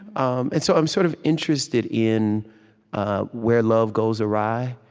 um and so i'm sort of interested in ah where love goes awry